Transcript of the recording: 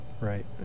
right